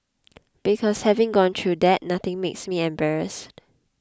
because having gone through that nothing makes me embarrassed